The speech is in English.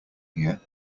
here